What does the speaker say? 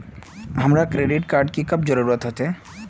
हमरा credit card की कब जरूरत होते?